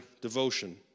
devotion